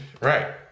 Right